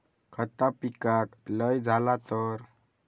खता पिकाक लय झाला तर?